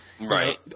Right